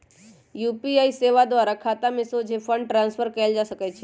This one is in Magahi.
यू.पी.आई सेवा द्वारा खतामें सोझे फंड ट्रांसफर कएल जा सकइ छै